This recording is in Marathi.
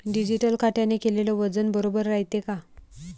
डिजिटल काट्याने केलेल वजन बरोबर रायते का?